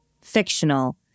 fictional